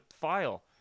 file